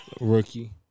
Rookie